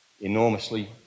enormously